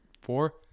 Four